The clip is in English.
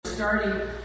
starting